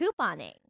couponing